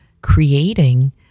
creating